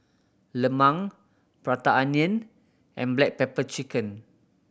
lemang Prata Onion and black pepper chicken